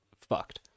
fucked